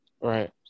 Right